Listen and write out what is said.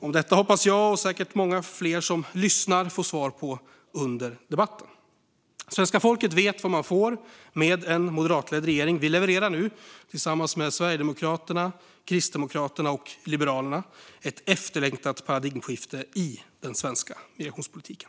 På detta hoppas jag, och säkert flertalet som lyssnar, få svar på under denna debatt. Svenska folket vet vad man får med en moderatledd regering. Vi levererar nu, tillsammans med Sverigedemokraterna, Kristdemokraterna och Liberalerna ett efterlängtat paradigmskifte i den svenska migrationspolitiken.